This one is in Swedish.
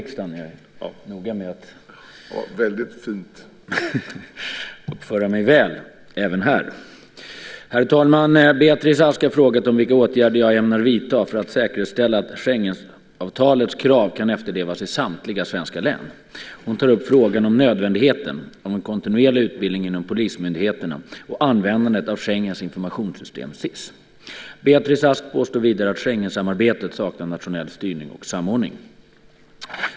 Herr talman! Beatrice Ask har frågat vilka åtgärder jag ämnar vidta för att säkerställa att Schengenavtalets krav kan efterlevas i samtliga svenska län. Hon tar upp frågan om nödvändigheten av en kontinuerlig utbildning inom polismyndigheterna och användandet av Schengens informationssystem, SIS. Beatrice Ask påstår vidare att Schengensamarbetet saknar nationell styrning och samordning.